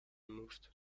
removed